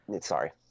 Sorry